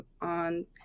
on